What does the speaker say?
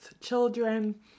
children